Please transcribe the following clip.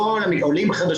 כל ה- -- חדשים,